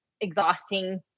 exhausting